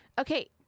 Okay